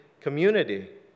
community